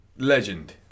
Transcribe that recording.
Legend